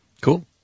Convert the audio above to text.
Cool